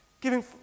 giving